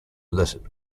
littered